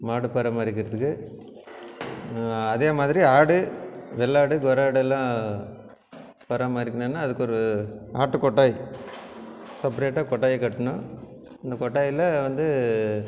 மாடு பராமரிக்கிறதுக்கு அதேமாதிரி ஆடு வெள்ளாடு துரை ஆடு எல்லாம் பராமரிக்கணும்னால் அதுக்கு ஒரு ஆட்டு கொட்டாய் செப்ரேட்டாக கொட்டாயை கட்டணும் இந்த கொட்டாயில் வந்து